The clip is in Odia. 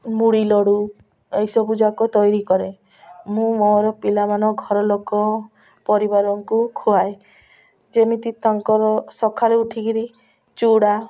ମୁଢ଼ି ଲଡ଼ୁ ଏସବୁ ଯାକ ତୈରି କରେ ମୁଁ ମୋର ପିଲାମାନ ଘରଲୋକ ପରିବାରଙ୍କୁ ଖୁଆଏ ଯେମିତି ତାଙ୍କର ସକାଳୁ ଉଠିକିରି ଚୁଡ଼ା